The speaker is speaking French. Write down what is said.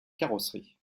carrosserie